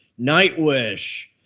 Nightwish